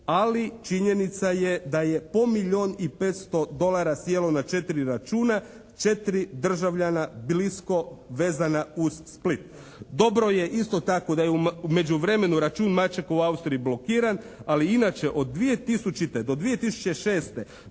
Ali činjenica je da je po milijun i 500 dolara sjelo na 4 računa, 4 državljana blisko vezana uz Split. Dobro je isto tako da je u međuvremenu račun Mačekov u Austriji blokiran, ali inače od 2000. do 2006.